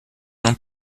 ans